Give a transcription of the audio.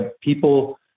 people